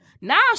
Now